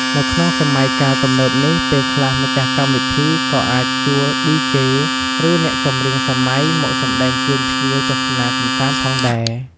នៅក្នុងសម័យកាលទំនើបនេះ ពេលខ្លះម្ចាស់កម្មវិធីក៏អាចជួល ឌីជេ ឬ អ្នកចម្រៀងសម័យ មកសម្ដែងជូនភ្ញៀវទស្សនាកំសាន្តផងដែរ។